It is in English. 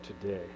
today